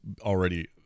already